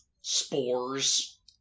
spores